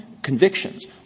Convictions